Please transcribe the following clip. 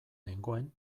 nengoen